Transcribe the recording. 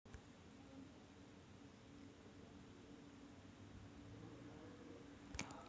या बिया सर्व प्रकारच्या असतात जसे की भाज्या, फळे इ